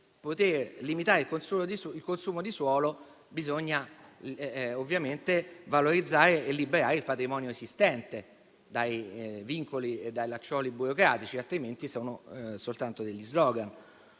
per poter limitare il consumo di suolo bisogna ovviamente valorizzare e liberare il patrimonio esistente dai vincoli e dai lacciuoli burocratici, altrimenti sono soltanto *slogan*.